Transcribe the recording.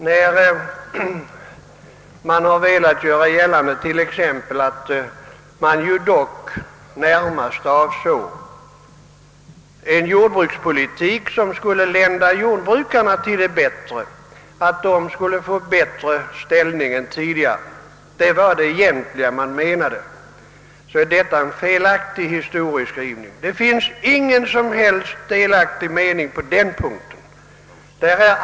När man till exempel velat göra gällande att man närmast avsåg en jordbrukspolitik som skulle göra jordbrukarnas ställning bättre än tidigare, kan det sägas att detta är en felaktig historieskrivning. På denna punkt finns inga som helst delade meningar.